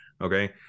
okay